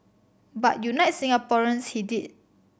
but unite Singaporeans he did